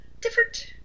different